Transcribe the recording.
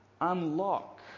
unlock